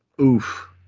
Oof